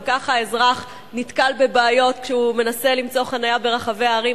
גם ככה האזרח נתקל בבעיות כשהוא מנסה למצוא חנייה ברחבי הערים.